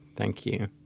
thank you